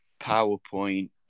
PowerPoint